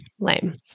Lame